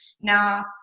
now